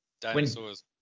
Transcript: dinosaurs